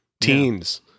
teens